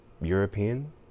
European